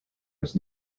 was